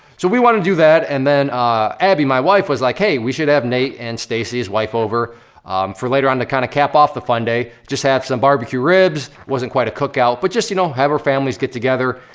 so we wanna do that and then abby, my wife, was like, hey, we should have nate and stacy, his wife, over for later on to kind of cap off the fun day. just have some barbecue ribs. wasn't quite a cookout, but just, you know, have our families get together,